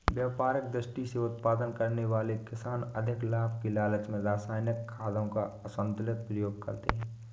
व्यापारिक दृष्टि से उत्पादन करने वाले किसान अधिक लाभ के लालच में रसायनिक खादों का असन्तुलित प्रयोग करते हैं